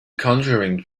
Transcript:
conjuring